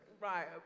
Right